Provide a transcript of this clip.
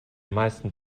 meisten